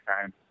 time